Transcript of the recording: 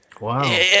Wow